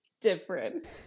different